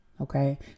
Okay